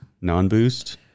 non-boost